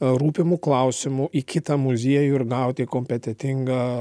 rūpimu klausimu į kitą muziejų ir gauti kompetentingą